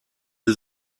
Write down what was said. sie